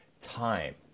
time